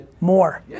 more